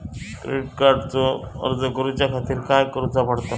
Credit कार्डचो अर्ज करुच्या खातीर काय करूचा पडता?